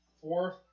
fourth